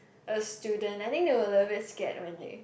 a student I think they were a little bit scared when they